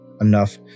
enough